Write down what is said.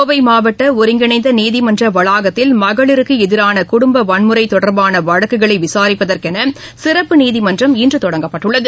கோவை மாவட்ட ஒருங்கிணைந்த நீதிமன்ற வளாகத்தில் மகளிருக்கு எதிரான குடும்ப வன்முறை தொடர்பான வழக்குகளை விசாரிப்பதற்கென சிறப்பு நீதிமன்றம் இன்று தொடங்கப்பட்டுள்ளது